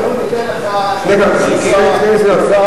אמרו: ניתן לך כרטיס לנסוע שוב,